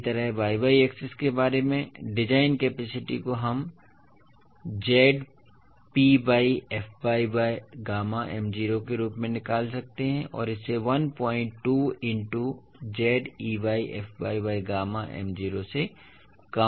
इसी तरह y y axis के बारे में डिजाइन कैपेसिटी को हम Zpyfy बाय गामा m0 के रूप में निकाल सकते हैं और इसे 12 into Zeyfy by gamma m0 से कम होना चाहिए